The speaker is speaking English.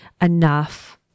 enough